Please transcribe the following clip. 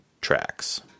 tracks